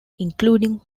including